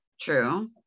true